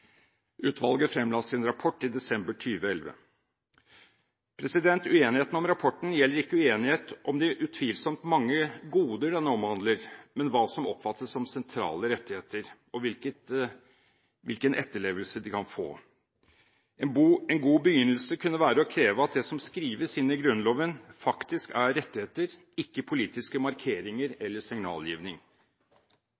Utvalget fremla sin rapport i desember 2011. Uenigheten om rapporten gjelder ikke uenighet om de utvilsomt mange goder den omhandler, men hva som oppfattes som sentrale rettigheter, og hvilken etterlevelse de kan få. En god begynnelse kunne være å kreve at det som skrives inn i Grunnloven, faktisk er rettigheter, ikke politiske markeringer